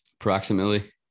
approximately